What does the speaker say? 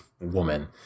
woman